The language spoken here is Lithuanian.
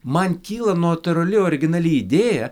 man kyla notūrali originali idėja